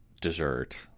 dessert